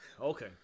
Okay